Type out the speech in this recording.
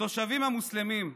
התושבים המוסלמים,